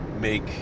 make